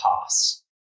pass